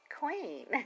queen